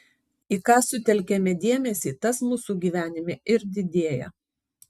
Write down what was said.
į ką sutelkiame dėmesį tas mūsų gyvenime ir didėja